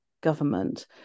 government